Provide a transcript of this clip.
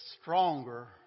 stronger